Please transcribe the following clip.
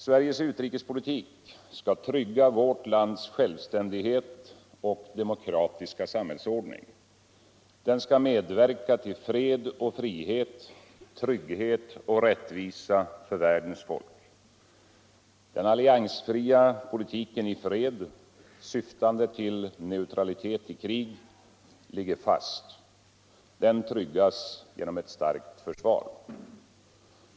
Sveriges utrikespolitik skall trygga vårt lands självständighet och demokratliska samhällsordning. Den skall medverka till fred och frihet, trygghet och rättvisa för världens folk. Den alliansfria politiken i fred syftande till neutralitet i krig ligger fast. Den tryggas genom ett starkt försvar.